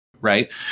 Right